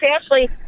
Ashley